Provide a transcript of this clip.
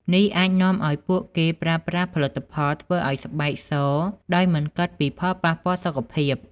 នេះអាចនាំឲ្យពួកគេប្រើប្រាស់ផលិតផលធ្វើឲ្យស្បែកសដោយមិនគិតពីផលប៉ះពាល់សុខភាព។